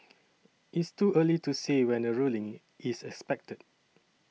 it's too early to say when a ruling is expected